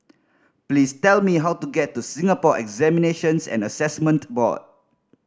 please tell me how to get to Singapore Examinations and Assessment Board